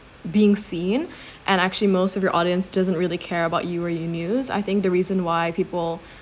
being seen and actually most of your audience doesn't really care about you or you news I think the reason why people